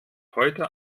heute